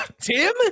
tim